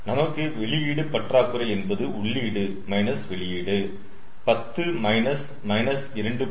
நமக்கு வெளியீடு பற்றாக்குறை என்பது உள்ளீடு வெளியீடு 10 2